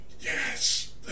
Yes